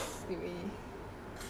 same